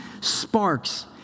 sparks